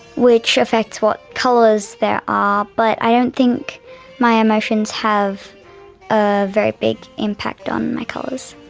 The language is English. which affects what colours there are. but i don't think my emotions have a very big impact on my colours.